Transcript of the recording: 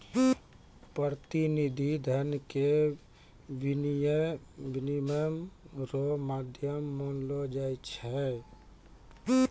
प्रतिनिधि धन के विनिमय रो माध्यम मानलो जाय छै